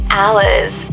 hours